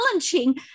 challenging